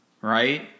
right